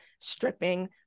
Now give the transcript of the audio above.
stripping